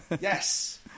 yes